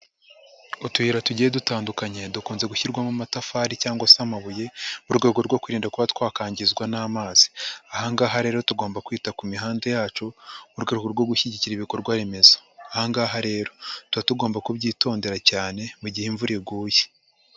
Utuyira tugiye dutandukanye dukunze gushyirwamo amatafari cyangwa se amabuye mu rwego rwo kwirinda kuba twakangizwa n'amazi, aha ngaha rero tugomba kwita ku mihanda yacu mu rwego rwo gushyigikira ibikorwa remezo, aha ngaha rero tuba tugomba kubyitondera cyane mu gihe imvura iguye.